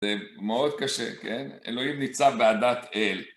זה מאוד קשה, כן? אלוהים ניצב בעדת אל.